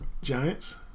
Giants